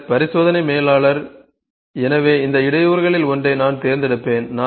பின்னர் பரிசோதனை மேலாளர் எனவே இந்த இடையூறுகளில் ஒன்றை நான் தேர்ந்தெடுப்பேன்